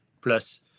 plus